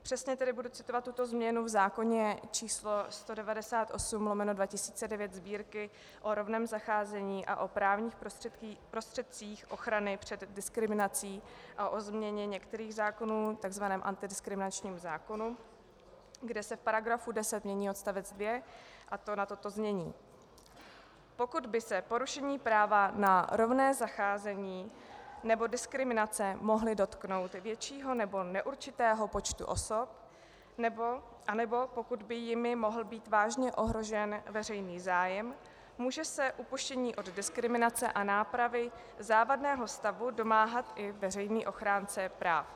Přesně tedy budu citovat tuto změnu v zákoně číslo 198/2009 Sb., o rovném zacházení a o právních prostředcích ochrany před diskriminací a o změně některých zákonů, tzv. antidiskriminačním zákonu, kde se v § 10 mění odstavec 2, a to na toto znění: Pokud by se porušení práva na rovné zacházení nebo diskriminace mohly dotknout většího nebo neurčitého počtu osob anebo pokud by jimi mohl být vážně ohrožen veřejný zájem, může se upuštění od diskriminace a nápravy závadného stavu domáhat i veřejný ochránce práv.